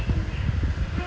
like அவ சொன்னா:ava sonnaa